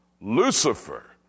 Lucifer